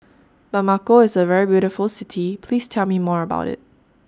Bamako IS A very beautiful City Please Tell Me More about IT